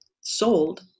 sold